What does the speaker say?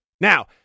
Now